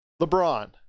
LeBron